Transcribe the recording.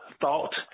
thought